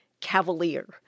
cavalier